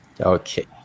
Okay